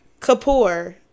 Kapoor